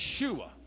Yeshua